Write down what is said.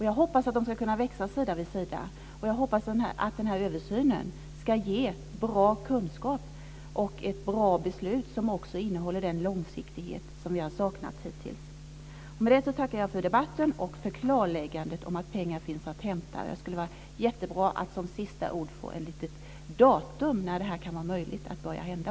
Jag hoppas att de ska kunna växa sida vid sida. Jag hoppas att översynen ska ge bra kunskap och ett bra beslut, som också innehåller den långsiktighet som vi har saknat hittills. Med det tackar jag för debatten och för klarläggandet om att pengar finns att hämta. Det skulle vara bra att som sista ord få ett datum, när det kan vara möjligt att det börjar hända.